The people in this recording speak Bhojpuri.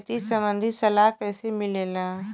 खेती संबंधित सलाह कैसे मिलेला?